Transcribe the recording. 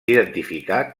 identificar